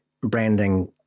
branding